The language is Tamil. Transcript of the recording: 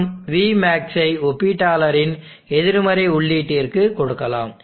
மற்றும் vmaxஐ ஒப்பீட்டாளரின் எதிர்மறை உள்ளீட்டிற்கு கொடுக்கலாம்